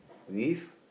with